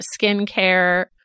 skincare